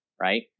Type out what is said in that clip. Right